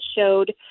showed